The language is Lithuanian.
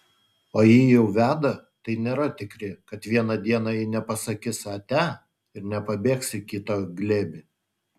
o jei jau veda tai nėra tikri kad vieną dieną ji nepasakys atia ir nepabėgs į kito glėbį